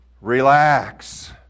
relax